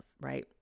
right